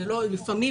לפעמים,